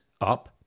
up